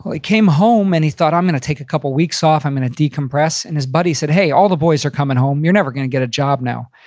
he came home, and he thought, i'm gonna take a couple weeks off. i'm gonna decompress. and his buddy said, hey, all the boys are coming home. you're never gonna get a job now.